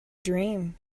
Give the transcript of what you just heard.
dream